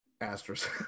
Asterisk